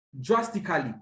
drastically